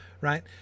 right